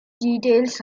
details